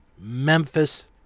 Memphis